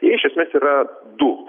jie iš esmės yra du